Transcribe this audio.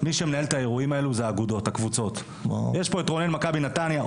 אני עבדתי עם רונן צמוד שלוש שנים,